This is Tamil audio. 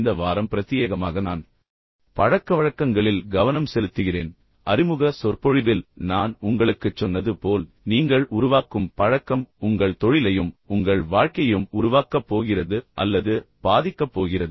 இந்த வாரம் பிரத்தியேகமாக நான் பழக்கவழக்கங்களில் கவனம் செலுத்துகிறேன் ஏனென்றால் அறிமுக சொற்பொழிவில் நான் உங்களுக்குச் சொன்னது போல் நீங்கள் உருவாக்கும் பழக்கம் உங்கள் தொழிலையும் உங்கள் வாழ்க்கையையும் உருவாக்கப் போகிறது அல்லது பாதிக்கப் போகிறது